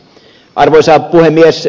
arvoisa puhemies